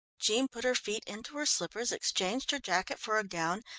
jean put her feet into her slippers, exchanged her jacket for a gown,